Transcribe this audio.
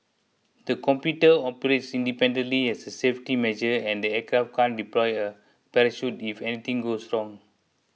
the computers operates independently as a safety measure and the aircraft can deploy a parachute if anything goes wrong